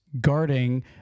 guarding